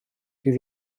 ddydd